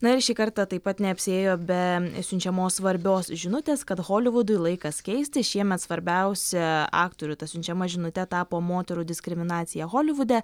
na ir šį kartą taip pat neapsiėjo be siunčiamos svarbios žinutės kad holivudui laikas keisti šiemet svarbiausia aktorių siunčiama žinute tapo moterų diskriminacija holivude